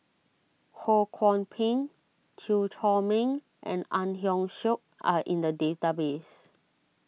Ho Kwon Ping Chew Chor Meng and Ang Hiong Chiok are in the database